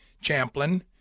Champlin